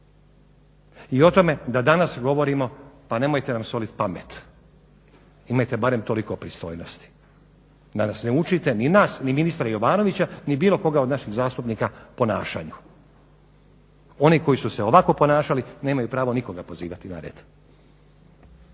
i o tome da danas govorimo pa nemojte nam soliti pamet, imajte barem toliko pristojnosti da nas ne učite ni nas ni ministra Jovanovića ni bilo koga od naših zastupnika ponašanju. Oni koji su se ovako ponašali nemaju pravo nikoga pozivati na red.